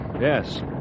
Yes